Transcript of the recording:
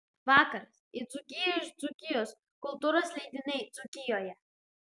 vakaras į dzūkiją iš dzūkijos kultūros leidiniai dzūkijoje